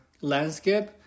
landscape